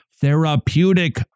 therapeutic